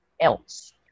else